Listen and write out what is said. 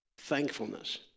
thankfulness